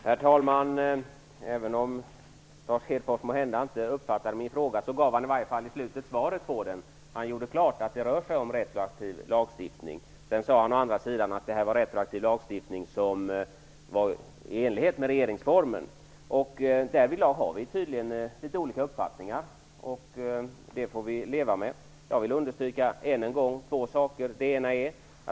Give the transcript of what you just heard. Herr talman! Även om Lars Hedfors måhända inte uppfattade min fråga gav han i varje fall i slutet av sitt inlägg svaret på den. Han gjorde klart att det rör sig om retroaktiv lagstiftning. Å andra sidan sade han att det var fråga om retroaktiv lagstiftning som var i enlighet med regeringsformen. Därvidlag har vi tydligen litet olika uppfattningar, och det får vi leva med. Jag vill än en gång understryka två saker.